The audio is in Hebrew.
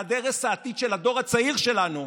בעד הרס העתיד של הדור הצעיר שלנו,